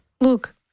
look